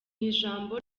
ijambo